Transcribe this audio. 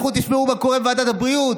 לכו תשמעו מה קורה בוועדת הבריאות,